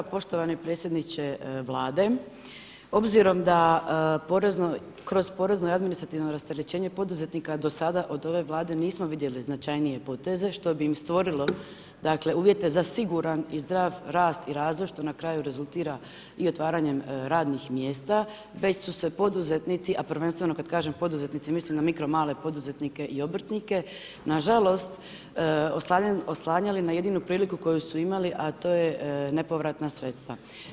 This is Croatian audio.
Poštovani predsjedniče Vlade, obzirom da kroz porezno i administrativno rasterećenje poduzetnika do sada od ove Vlade nismo vidjeli značajnije poteze što bi im stvorilo, dakle uvjete za siguran i zdrav rast i razvoj što na kraju rezultira i otvaranjem radnih mjesta već su se poduzetnici, a prvenstveno kad kažem poduzetnici mislim na mikro, male poduzetnike i obrtnike na žalost oslanjali na jedinu priliku koju su imali, a to je nepovratna sredstva.